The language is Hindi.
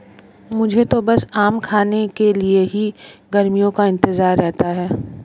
मुझे तो बस आम खाने के लिए ही गर्मियों का इंतजार रहता है